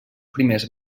primers